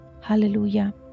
Hallelujah